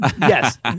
yes